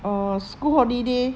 err school holiday